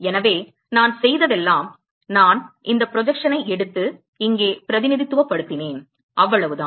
எனவே நான் செய்ததெல்லாம் நான் இந்த ப்ரொஜெக்ஷனை எடுத்து இங்கே பிரதிநிதித்துவப்படுத்தினேன் அவ்வளவுதான்